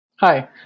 Hi